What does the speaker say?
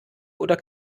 oder